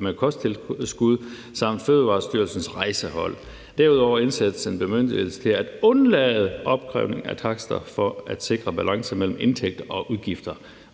med kosttilskud samt Fødevarestyrelsens rejsehold. Derudover indsættes en bemyndigelse til at undlade opkrævning af takster for at sikre balance mellem indtægter og udgifter.